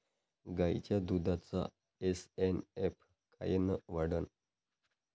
गायीच्या दुधाचा एस.एन.एफ कायनं वाढन?